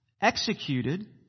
executed